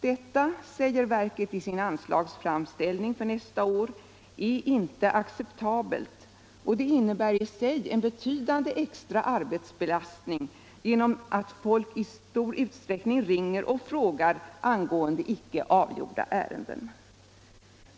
Detta, säger verket i sin anslagsframställning för nästa år, är inte acceptabelt och innebär i sig en betydande extra arbetsbelastning genom att folk i stor utsträckning ringer och frågar angående icke avgjorda ärenden.